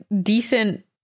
decent